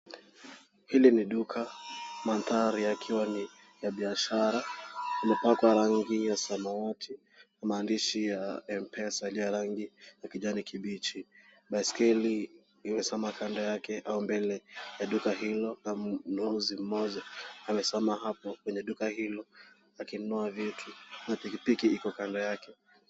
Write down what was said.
Hili ni duka, mandhari yakiwa ni ya biashara. Imepakwa rangi ya samawati. Maandishi ya M-Pesa iliyo rangi kijani kibichi. Baiskeli imesimama kando yake au mbele ya duka hilo na mnunuzi mmoja amesimama hapo kwenye duka hilo akinunua vitu na pikipiki iko kando yake.